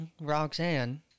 Roxanne